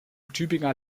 tübinger